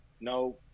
no